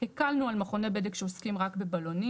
הקלנו על מכוני בדק שעוסקים רק בבלונים.